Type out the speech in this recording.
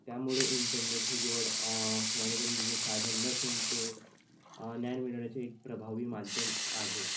त्यामुळे इंटरनेट हे केवळ मनोरंजनाचं साधन नसून ते ज्ञान मिळवण्याचे एक प्रभावी माध्यम आहे